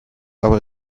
aber